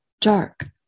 dark